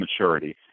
maturity